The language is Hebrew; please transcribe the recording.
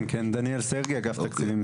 כן, דניאל סרגיי, אגף תקציבים.